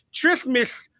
Christmas